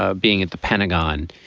ah being at the pentagon,